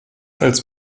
als